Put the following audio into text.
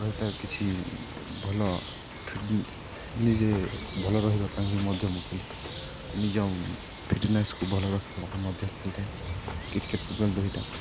ରହିତା କିଛି ଭଲ ନିଜେ ଭଲ ରହିବା ପାଇଁ ବି ମଧ୍ୟ ମୁଁ ଖେଳେ ନିଜ ଫିଟନେସ୍କୁ ଭଲ ରଖିବାକୁ ମଧ୍ୟ ଖେଳିଥାଏ କ୍ରିକେଟ ଫୁଟବଲ ଦୁଇଟା